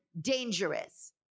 dangerous